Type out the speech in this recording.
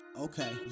Okay